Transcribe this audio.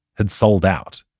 had sold out,